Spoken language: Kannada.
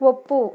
ಒಪ್ಪು